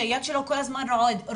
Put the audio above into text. והיד שלו כל הזמן רועדת,